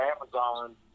Amazon